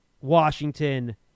Washington